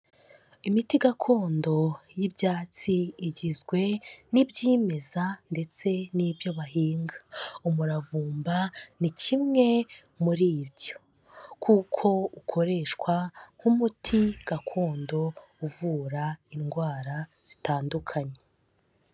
Imiti gakondo y'ibyatsi igizwe n'ibyimeza ndetse n'ibyo bahinga. Umuravumba ni kimwe muri ibyo, kuko ukoreshwa nk'umuti gakondo uvura indwara zitandukanye.